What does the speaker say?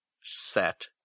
set